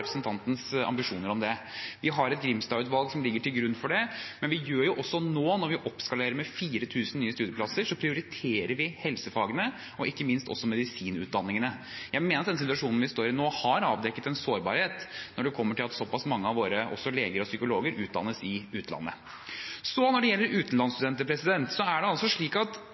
Vi har Grimstad-utvalget, som ligger til grunn for det. Når vi nå oppskalerer med 4 000 nye studieplasser, prioriterer vi helsefagene, og ikke minst også medisinutdanningene. Jeg mener at den situasjonen vi står i nå, har avdekket en sårbarhet, når man kommer til at såpass mange av våre leger og psykologer utdannes i utlandet. Når det gjelder utenlandsstudenter, er det slik at